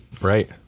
Right